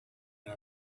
and